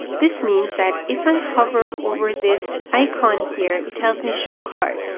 this means that if i hover over this icon here it tells me show card.